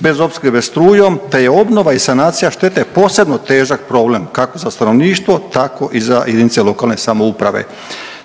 bez opskrbe strujom te je obnova i sanacija štete posebno težak problem kako za stanovništvo tako i za jedinice lokalne samouprave“,